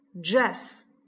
dress